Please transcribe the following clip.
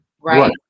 Right